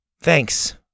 Thanks